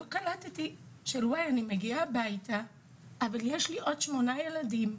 לא קלטתי שאני מגיעה הביתה ויש לי עוד שמונה ילדים,